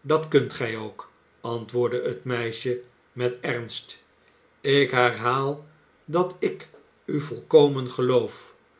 dat kunt gij ook antwoordde het meisje met ernst ik herhaal dat ik u volkomen geloof